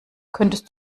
könntest